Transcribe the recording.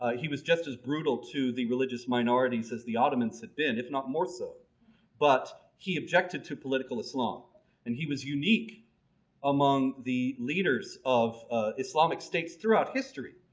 ah he was just as brutal to the religious minorities as the ottomans had been if not more so but he objected to political islam and he was unique among the leaders of islamic states throughout history.